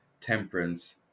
Temperance